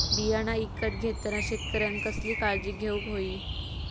बियाणा ईकत घेताना शेतकऱ्यानं कसली काळजी घेऊक होई?